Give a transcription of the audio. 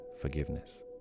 forgiveness